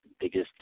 biggest